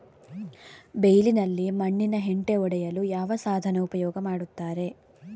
ಬೈಲಿನಲ್ಲಿ ಮಣ್ಣಿನ ಹೆಂಟೆ ಒಡೆಯಲು ಯಾವ ಸಾಧನ ಉಪಯೋಗ ಮಾಡುತ್ತಾರೆ?